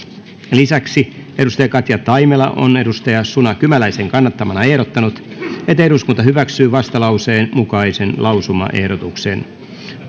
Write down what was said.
lisäksi katja taimela on suna kymäläisen kannattamana ehdottanut että eduskunta hyväksyy vastalauseen mukaisen lausumaehdotuksen